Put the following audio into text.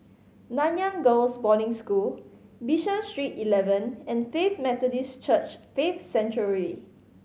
Nanyang Girls' Boarding School Bishan Street Eleven and Faith Methodist Church Faith Sanctuary